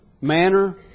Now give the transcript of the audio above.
manner